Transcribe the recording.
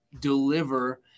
deliver